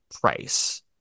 price